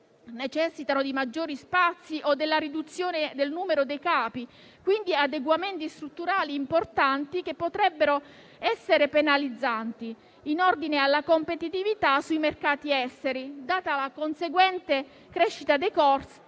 necessitano di maggiori spazi o della riduzione del numero dei capi; quindi, adeguamenti strutturali importanti che potrebbero essere penalizzanti in ordine alla competitività sui mercati esteri, data la conseguente crescita dei costi